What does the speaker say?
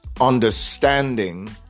understanding